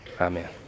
Amen